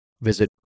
visit